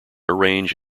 arrange